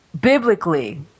Biblically